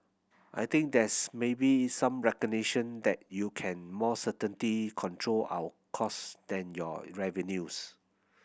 I think there's maybe some recognition that you can more certainly control our cost than your revenues